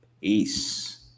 Peace